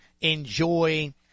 enjoy